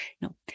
No